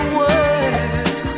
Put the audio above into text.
words